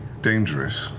dangerous,